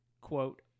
quote